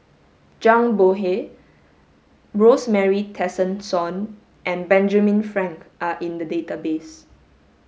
Zhang Bohe Rosemary Tessensohn and Benjamin Frank are in the database